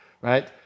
right